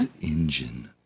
engine